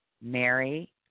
Mary